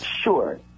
Sure